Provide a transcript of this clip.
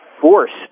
forced